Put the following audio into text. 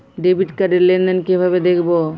Debit card র লেনদেন কিভাবে দেখবো?